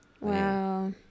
Wow